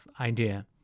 idea